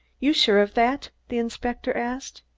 you're sure of that? the inspector asked.